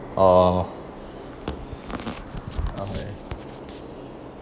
orh okay